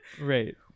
right